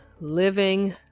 living